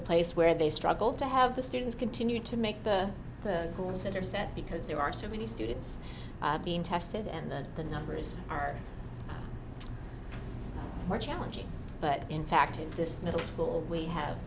a place where they struggle to have the students continue to make the schools that are set because there are so many students being tested and that the numbers are more challenging but in fact in this middle school we have